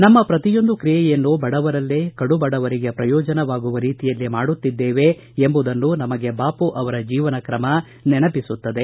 ನಮ್ಮ ಪ್ರತಿಯೊಂದು ಕ್ರಿಯೆಯನ್ನೂ ಬಡವರಲ್ಲೇ ಕಡು ಬಡವರಿಗೆ ಪ್ರಯೋಜವಾಗುವ ರೀತಿಯಲ್ಲಿ ಮಾಡುತ್ತಿದ್ದೇವೆ ಎಂಬುದನ್ನು ನಮಗೆ ಬಾಪು ಅವರ ಜೀವನ ಕ್ರಮ ನೆನಪಿಸುತ್ತದೆ